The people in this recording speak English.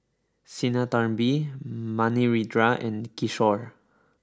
Sinnathamby Manindra and Kishore